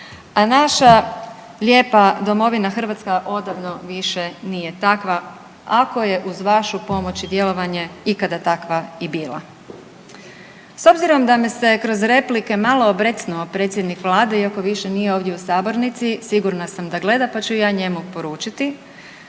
A naša lijepa domovina Hrvatska odavno više nije takva, ako je uz vašu pomoć i djelovanje ikada takva i bila. S obzirom da me se kroz replike malo obrecnuo predsjednik vlade iako više nije ovdje u saborni sigurna sam da gleda pa ću i ja njemu poručiti,